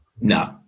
No